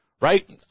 right